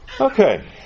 Okay